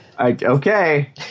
okay